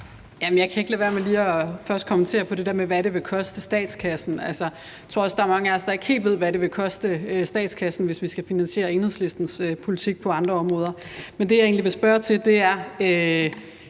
jeg kan ikke lade være med lige først at kommentere på det der med, hvad det vil koste statskassen. Jeg tror også, at der er mange af os, der ikke helt ved, hvad det vil koste statskassen, hvis vi skal finansiere Enhedslistens politik på andre områder. Men det, jeg egentlig vil spørge til, er